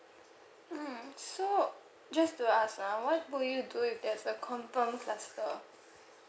mm so just to ask ah what will you do if there's a confirmed cluster